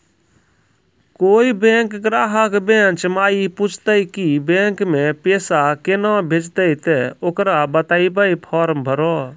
कोय बैंक ग्राहक बेंच माई पुछते की बैंक मे पेसा केना भेजेते ते ओकरा बताइबै फॉर्म भरो